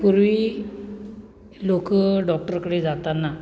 पूर्वी लोक डॉक्टरकडे जाताना